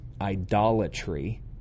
idolatry